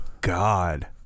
God